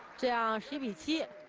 down zero